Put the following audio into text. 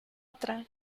otra